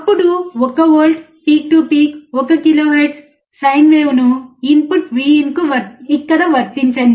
అప్పుడు 1 volt peak to peak 1 kHz sine వేవ్ను input Vinకు ఇక్కడ వర్తించండి